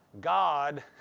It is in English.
God